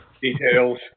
Details